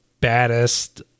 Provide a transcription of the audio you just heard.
baddest